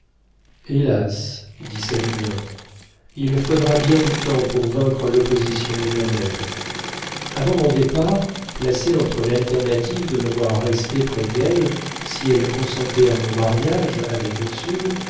hélas dit savinien il faudra bien du temps pour vaincre l'opposition de ma mère avant mon départ placée entre l'alternative de me voir rester près d'elle si elle consentait à mon mariage avec ursule